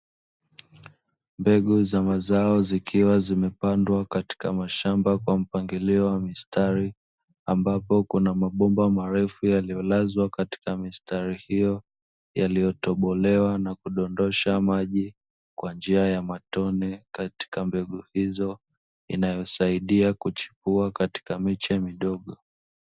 Mbegu za mazao zikiwa zimepandwa katika mashamba kwa mpangilio wa mistari, ambapo kuna mabomba marefu yaliyolazwa katika mistari hiyo yaliyotobolewa na kudondosha maji kwa njia ya matone, katika mbegu hizo inayosaidia kuchipua katika miche midogo.